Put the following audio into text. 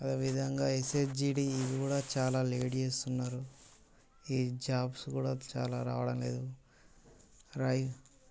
ఆ విధంగా ఎస్ఎఫ్జీడీ కూడా చాలా లేట్ చేస్తున్నారు ఈ జాబ్స్ కూడా చాలా రావడం లేదు రై